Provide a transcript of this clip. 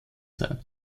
sein